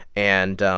and,